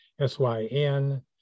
s-y-n